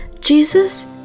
Jesus